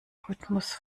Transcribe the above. rhythmus